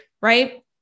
right